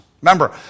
Remember